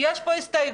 יש פה הסתייגות,